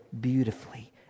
beautifully